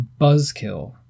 buzzkill